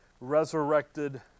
resurrected